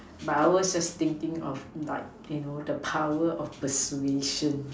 powers are thinking of like you know the power of persuasion